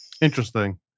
Interesting